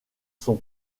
son